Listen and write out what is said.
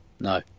No